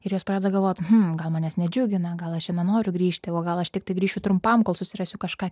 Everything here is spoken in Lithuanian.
ir jos pradeda galvot gal manęs nedžiugina gal aš čia nenoriu grįžti o gal aš tiktai grįšiu trumpam kol susirasiu kažką